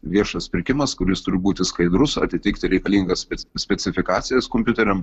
viešas pirkimas kuris turi būti skaidrus atitikti reikalingas specifikacijas kompiuteriam